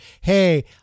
hey